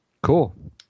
Cool